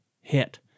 hit